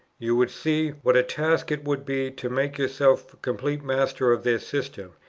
you would see what a task it would be to make yourself complete master of their system,